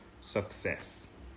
success